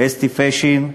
אסתי פשין,